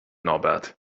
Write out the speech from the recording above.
norbert